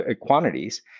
quantities